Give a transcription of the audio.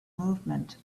movement